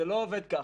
זה לא עובד ככה.